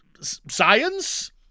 science